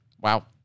Wow